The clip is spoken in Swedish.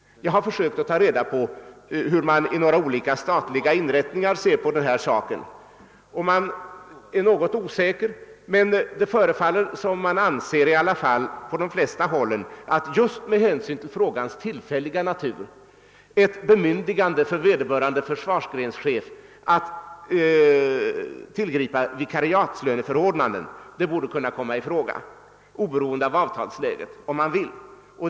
Jag har försökt ta reda på hur man i några olika statliga inrättningar betraktar detta problem. Man är något osäker, men det förefaller som om man, i alla fall på de flesta håll, anser att just med hänsyn till frågans tillfälliga natur ett bemyndigande för vederbörande försvarsgrenschef att tillgripa vikariatslöneförordnande borde kunna lämnas, oberoende av avtalsläget — om nu viljan finns att göra det.